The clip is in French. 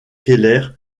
keller